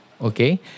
Okay